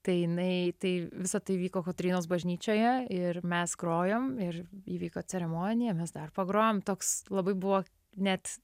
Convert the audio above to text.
tai jinai tai visa tai įvyko kotrynos bažnyčioje ir mes grojom ir įvyko ceremonija mes dar pagrojom toks labai buvo net